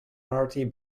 party